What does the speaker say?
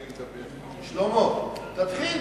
שלמה, תתחיל.